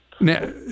Now